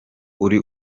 uri